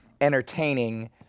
entertaining